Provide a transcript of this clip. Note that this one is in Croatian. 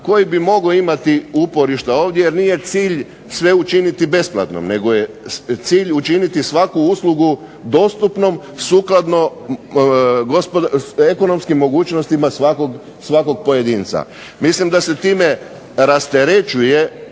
koji bi moglo imati uporišta ovdje jer nije cilj sve učiniti besplatno nego je cilj učiniti svaku uslugu dostupnom sukladno ekonomskim mogućnostima svakog pojedinca. Mislim da se time rasterećuje